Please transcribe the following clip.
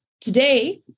today